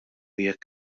jekk